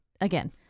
again